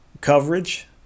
coverage